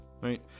right